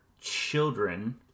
children